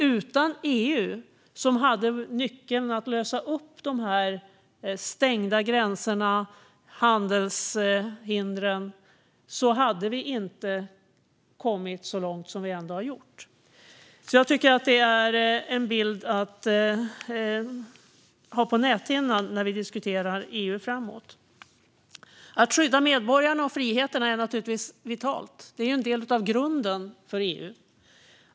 Utan EU, som hade nyckeln för att lösa upp de stängda gränserna och handelshindren, hade vi inte kommit så långt som vi ändå har gjort. Jag tycker att det är en bild att ha på näthinnan när vi diskuterar EU framåt. Att skydda medborgarna och friheten är naturligtvis vitalt. Det är en del av grunden för EU.